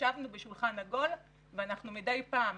וישבנו בשולחן עגול, ומדי פעם,